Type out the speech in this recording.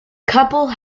couple